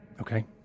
Okay